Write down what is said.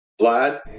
Vlad